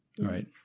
Right